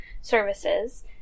services